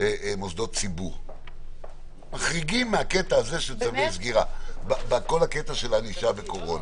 מוסדות ציבור מהקטע של צווי סגירה בכל הקטע של ענישה בקורונה.